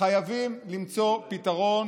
חייבים למצוא פתרון